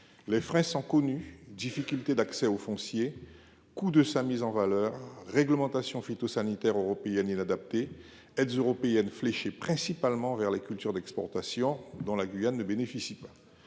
Les freins sont connus : difficulté d’accès au foncier ; coût de sa mise en valeur ; réglementation phytosanitaire européenne inadaptée ; aides européennes fléchées principalement vers les cultures d’exportation, dont la Guyane ne bénéficie pas.